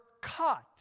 cut